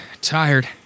Tired